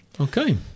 Okay